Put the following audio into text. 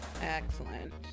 Excellent